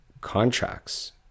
contracts